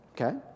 okay